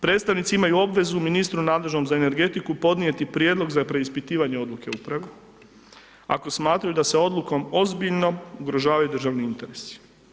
Predstavnici imaju obvezu ministru nadležnom za energetiku podnijeti prijedlog za preispitivanje odluke uprave, ako smatraju da se odlukom ozbiljno ugrožavaju državni interesi.